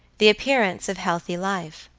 the appearance of healthy life.